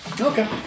Okay